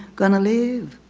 gonna live,